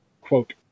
quote